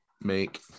make